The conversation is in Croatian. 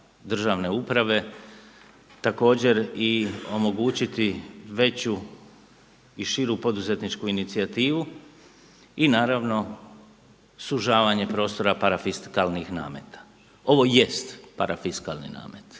državne uprave, također i omogućiti veću i širu poduzetničku inicijativu i naravno sužvanje prostora parafiskalnih nameta. Ovo jest parafiskalni namet